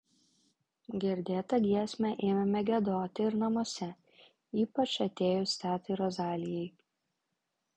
girdėtą giesmę ėmėme giedoti ir namuose ypač atėjus tetai rozalijai